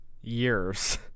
years